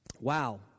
Wow